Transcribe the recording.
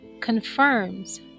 confirms